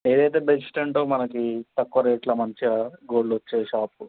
ఏదైతే బెస్ట్ అంటావు మనకి తక్కువ రేట్లో మంచిగా గోల్డ్ వచ్చే షాప్